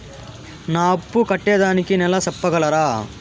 నా అప్పు కట్టేదానికి నెల సెప్పగలరా?